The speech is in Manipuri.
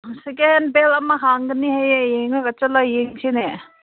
ꯁꯦꯀꯦꯟ ꯕꯦꯜ ꯑꯃ ꯍꯥꯡꯒꯅꯦ ꯍꯥꯏꯑꯦ ꯍꯌꯦꯡ ꯆꯠꯂꯒ ꯌꯦꯡꯁꯤꯅꯦ